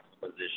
position